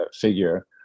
figure